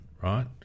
right